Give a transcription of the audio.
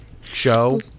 show